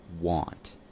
want